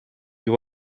you